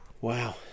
wow